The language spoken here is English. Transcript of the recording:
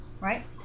Right